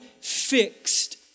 fixed